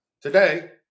today